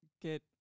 get